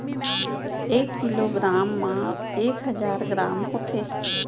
एक kilo gram मा एक हजार ग्राम होथे